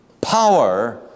power